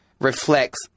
reflects